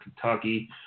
Kentucky